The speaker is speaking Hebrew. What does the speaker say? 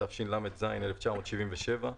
התשל"ז 1977,